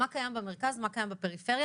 מה קיים במרכז ומה קיים בפריפריה.